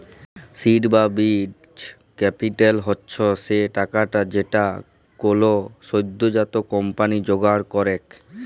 seed বা বীজ capital হচ্ছ সে টাকাটা যেইটা কোলো সদ্যজাত কম্পানি জোগাড় করেক